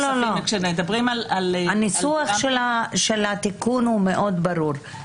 הניסוח של התיקון מאוד ברור,